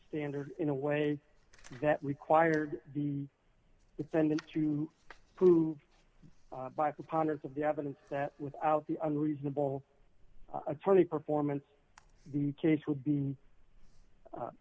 standard in a way that required the defendant to prove by preponderance of the evidence that without the unreasonable attorney performance the case would be